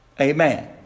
Amen